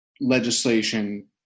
legislation